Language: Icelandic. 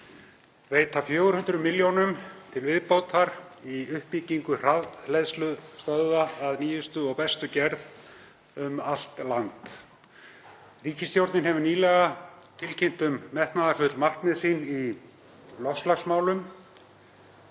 veita 400 milljónir til viðbótar í uppbyggingu rafhleðslustöðva af nýjustu og bestu gerð um allt land. Ríkisstjórnin hefur nýlega tilkynnt um metnaðarfull markmið sín í loftslagsmálum.